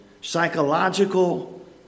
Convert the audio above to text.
psychological